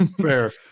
fair